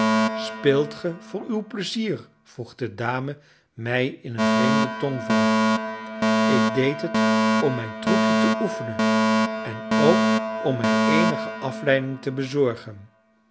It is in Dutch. speelt ge voor uw pleizier vroeg de dame mij in een vreemden tongval ik deed het om mijn troepje te oefenen en ook om mij eenige afleiding te bezorgen